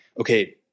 okay